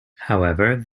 however